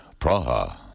Praha